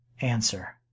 Answer